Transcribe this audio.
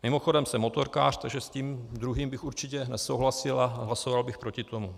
Mimochodem, jsem motorkář, takže s tím druhým bych určitě nesouhlasil a hlasoval bych proti tomu.